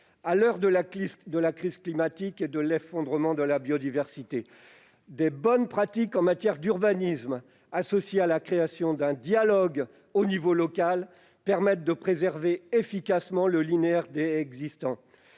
à l'heure de la crise climatique et de l'effondrement de la biodiversité. De bonnes pratiques en matière d'urbanisme, associées à l'instauration d'un dialogue au niveau local, permettent de préserver efficacement le linéaire de haies existant,